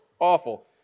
awful